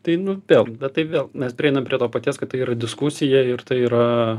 tai nu vėl bet tai vėl mes prieinam prie to paties kad tai yra diskusija ir tai yra